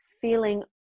feeling